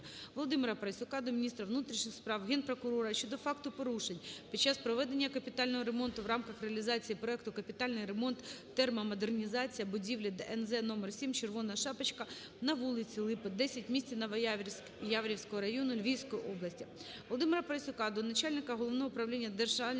ВолодимираПарасюка до міністра внутрішніх справ, Генпрокурора України щодо факту порушень під час проведення капітального ремонту в рамках реалізації проекту "Капітальний ремонт (термомодернізація) будівлі ДНЗ номер 7 "Червона шапочка" на вулиці Липи, 10 в місті Новояворівськ Яворівського району Львівської області". ВолодимираПарасюка до начальника Головного управління Державної